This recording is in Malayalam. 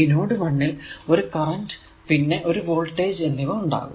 ഈ നോഡ് 1 ൽ ഒരു കറന്റ് പിന്നെ ഒരു വോൾടേജ് എന്നിവ ഉണ്ടാകും